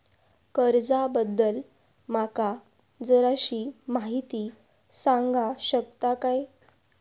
कर्जा बद्दल माका जराशी माहिती सांगा शकता काय?